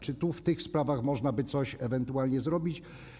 Czy w tych sprawach można by coś ewentualnie zrobić?